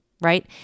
right